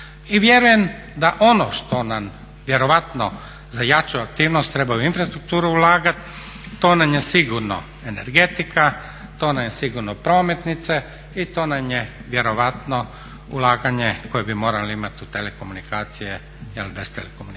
I vjerujem da ono što nam vjerovatno za jaču aktivnost treba u infrastrukturu treba ulagati to nam je sigurno energetika, to nam je sigurno prometnice i to nam je vjerojatno ulaganje koje bi morali imati u telekomunikacije jer bez telekomunikacija